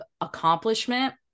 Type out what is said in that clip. accomplishment